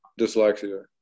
dyslexia